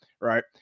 right